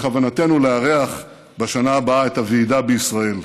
בכוונתנו לארח בשנה הבאה את הוועידה בישראל.